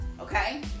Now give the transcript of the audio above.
Okay